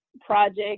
project